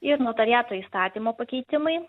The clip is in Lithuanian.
ir notariato įstatymo pakeitimai